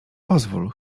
pozwól